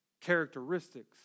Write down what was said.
characteristics